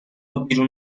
بیرون